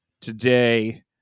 today